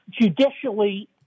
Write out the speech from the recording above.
judicially